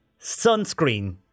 Sunscreen